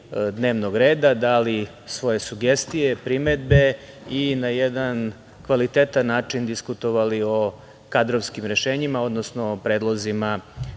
dnevnog reda, dali svoje sugestije, primedbe i na jedan kvalitetan način diskutovali o kadrovskim rešenjima, odnosno o predlozima